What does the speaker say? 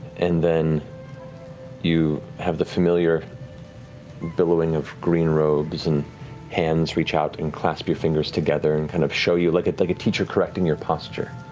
and then you have the familiar billowing of green robes and hands reach out and clasp your fingers together and kind of show you, like like a teacher correcting your posture